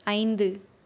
ஐந்து